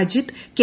Ajith K